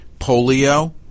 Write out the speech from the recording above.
polio